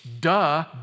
duh